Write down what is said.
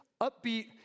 upbeat